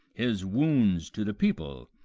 his wounds to the people,